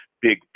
big